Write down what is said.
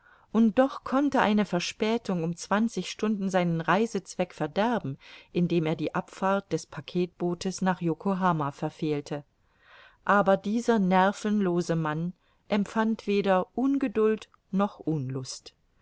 und doch konnte eine verspätung um zwanzig stunden seinen reisezweck verderben indem er die abfahrt des packetbootes nach yokohama verfehlte aber dieser nervenlose mann empfand weder ungeduld noch unlust